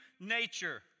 nature